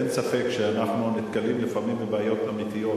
אין ספק שאנחנו נתקלים לפעמים בבעיות אמיתיות,